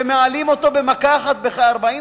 שמעלים אותו במכה אחת בכ-40%.